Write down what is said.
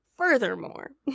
Furthermore